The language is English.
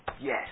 yes